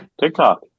TikTok